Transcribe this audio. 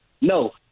No